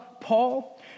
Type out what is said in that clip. Paul